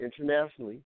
Internationally